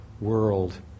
world